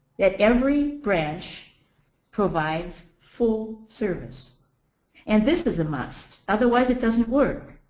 that every branch provides full service and this is a must. otherwise, it doesn't work.